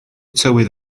tywydd